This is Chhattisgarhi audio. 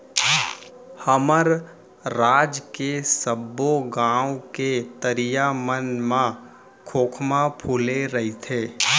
हमर राज के सबो गॉंव के तरिया मन म खोखमा फूले रइथे